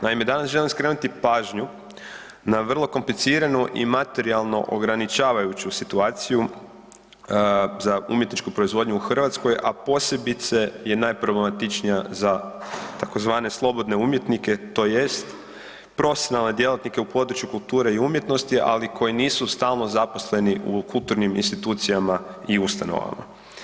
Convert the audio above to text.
Naime, danas želim skrenuti pažnju na vrlo kompliciranu i materijalno ograničavajuću situaciju za umjetničku proizvodnju u Hrvatskoj, a posebice je najproblematičnija za tzv. slobodne umjetnike tj. profesionalne djelatnike u području kulture i umjetnosti, ali koji nisu stalno zaposleni u kulturnim institucijama i ustanovama.